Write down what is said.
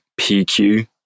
PQ